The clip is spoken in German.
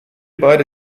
beide